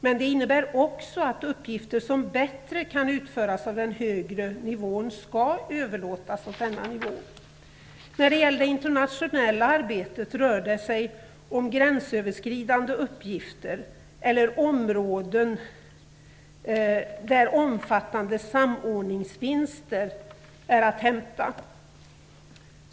Men det innebär också att uppgifter som bättre kan utföras av den högre nivån skall överlåtas åt denna nivå. När det gäller det internationella arbetet rör det sig om gränsöverskridande uppgifter eller om områden där omfattande samordningsvinster är att hämta.